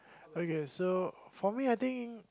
okay so for me I think